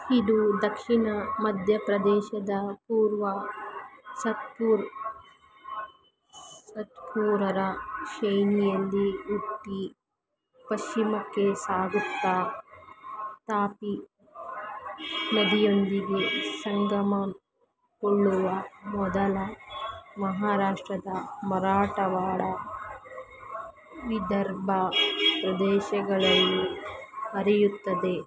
ಇದು ದಕ್ಷಿಣ ಮಧ್ಯಪ್ರದೇಶದ ಪೂರ್ವ ಸಾತ್ಪುರ್ ಸತ್ಪೂರ ಶ್ರೇಣಿಯಲ್ಲಿ ಹುಟ್ಟಿ ಪಶ್ಚಿಮಕ್ಕೆ ಸಾಗುತ್ತಾ ತಾಪಿ ನದಿಯೊಂದಿಗೆ ಸಂಗಮಗೊಳ್ಳುವ ಮೊದಲು ಮಹಾರಾಷ್ಟ್ರದ ಮರಾಠವಾಡಾ ವಿದರ್ಭ ಪ್ರದೇಶಗಳಲ್ಲಿ ಹರಿಯುತ್ತದೆ